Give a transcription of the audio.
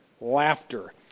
laughter